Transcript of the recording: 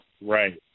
right